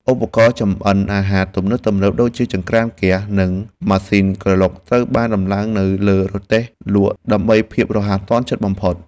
ឧបករណ៍ចម្អិនអាហារទំនើបៗដូចជាចង្រ្កានហ្គាស និងម៉ាស៊ីនក្រឡុកត្រូវបានដំឡើងនៅលើរទេះលក់ដើម្បីភាពរហ័សទាន់ចិត្តបំផុត។